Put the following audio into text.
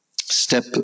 step